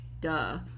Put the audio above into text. Duh